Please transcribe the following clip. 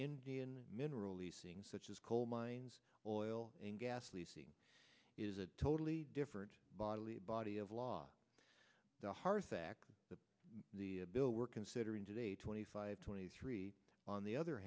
indian mineral leasing such as coal mines oil and gas leasing is a totally different bodily body of law the hard fact that the bill we're considering today twenty five twenty three on the other